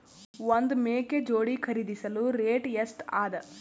ಒಂದ್ ಮೇಕೆ ಜೋಡಿ ಖರಿದಿಸಲು ರೇಟ್ ಎಷ್ಟ ಅದ?